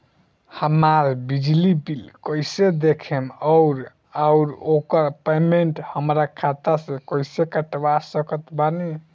हमार बिजली बिल कईसे देखेमऔर आउर ओकर पेमेंट हमरा खाता से कईसे कटवा सकत बानी?